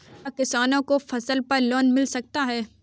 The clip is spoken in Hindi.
क्या किसानों को फसल पर लोन मिल सकता है?